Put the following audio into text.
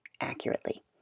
accurately